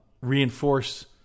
reinforce